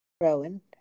Rowan